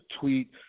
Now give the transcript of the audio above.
Tweet